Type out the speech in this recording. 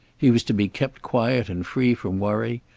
he was to be kept quiet and free from worry,